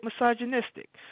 misogynistic